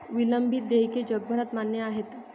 विलंबित देयके जगभरात मान्य आहेत